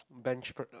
bench product